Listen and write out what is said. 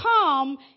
come